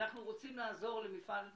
אנחנו רוצים לעזור למפעל סינרג'י,